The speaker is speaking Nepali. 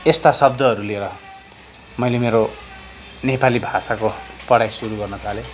यस्ता शब्दहरू लिएर मैले मेरो नेपाली भाषाको पढाइ सुरु गर्न थालेँ